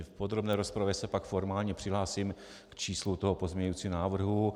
V podrobné rozpravě se pak formálně přihlásím k číslu toho pozměňujícího návrhu.